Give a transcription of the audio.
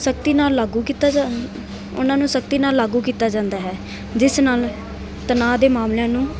ਸਖਤੀ ਨਾਲ ਲਾਗੂ ਕੀਤਾ ਜਾ ਉਹਨਾਂ ਨੂੰ ਸਖਤੀ ਨਾਲ ਲਾਗੂ ਕੀਤਾ ਜਾਂਦਾ ਹੈ ਜਿਸ ਨਾਲ ਤਨਾਅ ਦੇ ਮਾਮਲਿਆਂ ਨੂੰ